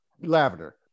Lavender